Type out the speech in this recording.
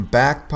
back